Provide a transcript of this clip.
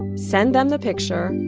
send them the picture,